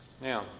now